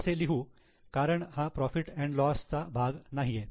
असे लिहू कारण हा प्रॉफिट अँड लॉस profit lossचा भाग नाहीये